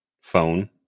phone